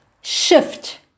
shift